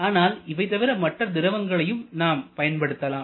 ஆனால் இதைத் தவிர மற்ற திரவங்களையும் நாம் பயன்படுத்தலாம்